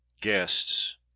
Guests